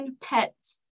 pets